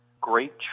great